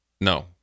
No